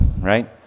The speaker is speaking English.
right